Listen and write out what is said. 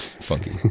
funky